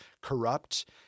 corrupt